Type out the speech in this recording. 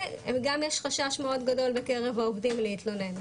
וגם יש חשש מאוד גדול בקרב העובדים להתלונן,